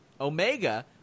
Omega